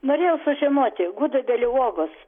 norėjau sužinoti gudobelių uogos